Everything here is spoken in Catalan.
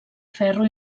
ferro